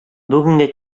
бүгенге